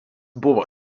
buvo